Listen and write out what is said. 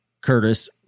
Curtis